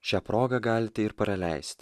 šia proga galite ir praleist